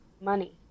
money